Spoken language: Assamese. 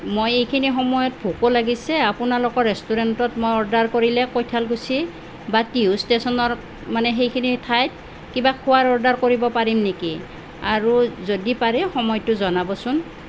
মই এইখিনি সময়ত ভোকো লাগিছে আপোনালোকৰ ৰেষ্টুৰেণ্টত মই অৰ্ডাৰ কৰিলে কৈঠালকুছি বা টিহু ষ্টেচনৰ মানে সেইখিনি ঠাইত কিবা খোৱাৰ অৰ্ডাৰ কৰিব পাৰিম নেকি আৰু যদি পাৰে সময়টো জনাবচোন